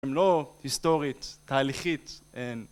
הם לא היסטורית, תהליכית